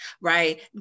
right